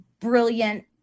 brilliant